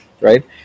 right